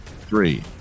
three